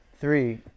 three